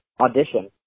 audition